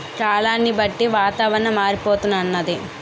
కాలాన్ని బట్టి వాతావరణం మారిపోతన్నాది